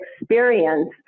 experience